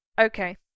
Okay